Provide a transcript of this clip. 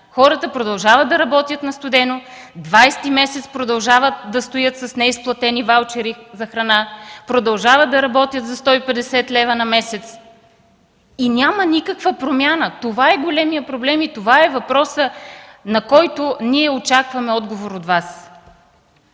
Хората продължават да работят на студено, 20-ти месец продължават да стоят с неизплатени ваучери за храна, продължават да работят за 150 лв. на месец и няма никаква промяна. Това е големият проблем и това е въпросът, на който ние очакваме отговор от Вас.